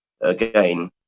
again